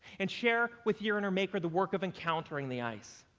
and share with your inner maker the work of encountering the ice,